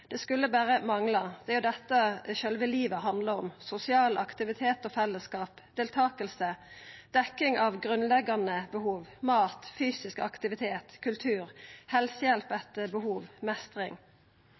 Det skulle berre mangla. Det er jo dette sjølve livet handlar om: sosial aktivitet og fellesskap, deltaking, å få dekt grunnleggjande behov, mat, fysisk aktivitet, kultur, helsehjelp